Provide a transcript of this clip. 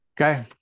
okay